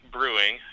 Brewing